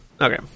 Okay